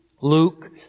Luke